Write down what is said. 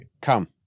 come